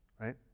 right